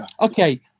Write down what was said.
Okay